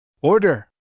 Order